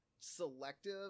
selective